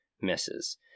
misses